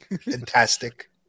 Fantastic